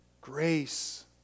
Grace